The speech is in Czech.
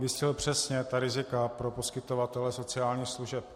Vystihl přesně ta rizika pro poskytovatele sociálních služeb.